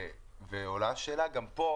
ועולה השאלה גם כאן,